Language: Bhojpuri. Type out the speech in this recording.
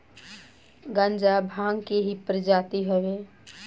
गांजा भांग के ही प्रजाति हवे